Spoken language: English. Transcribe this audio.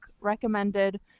recommended